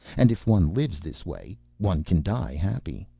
and if one lives this way one can die happy.